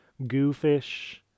Goofish